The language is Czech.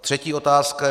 Třetí otázka.